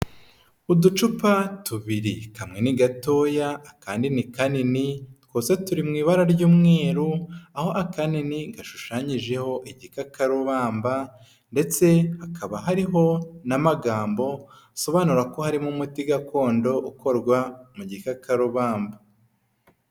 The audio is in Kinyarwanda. Uducupa tubiri kamwe ni gatoya akandi ni kanini twose turi mu ibara ry'umweru aho akanini gashushanyijeho igikakarubamba ndetse hakaba hariho n'amagambo asobanura ko harimo umuti gakondo ukorwa mu gikakarubamba.